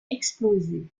exploser